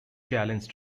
challenge